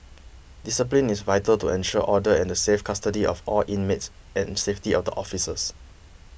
discipline is vital to ensure order and the safe custody of all inmates and safety of the officers